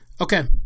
Okay